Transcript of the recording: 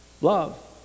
Love